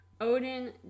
Odin